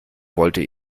wollte